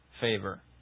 favor